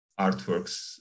artworks